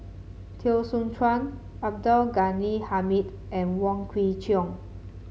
Teo Soon Chuan Abdul Ghani Hamid and Wong Kwei Cheong